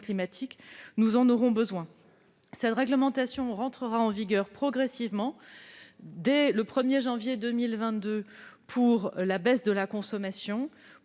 climatique. Cette réglementation entrera en vigueur progressivement, dès le 1 janvier 2022 pour la baisse de la consommation,